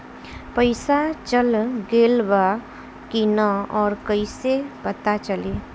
पइसा चल गेलऽ बा कि न और कइसे पता चलि?